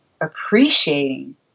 appreciating